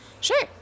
Sure